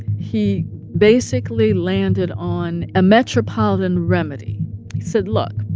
he basically landed on a metropolitan remedy he said, look